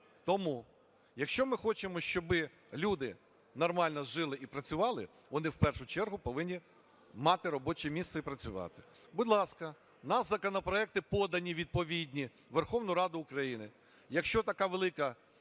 Тому, якщо ми хочемо, щоби люди нормально жили і працювати, вони, в першу чергу, повинні мати робоче місце і працювати. Будь ласка, в нас законопроекти подані відповідні у Верховну Раду України. Якщо така велика